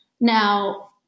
Now